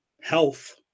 health